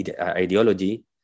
ideology